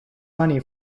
money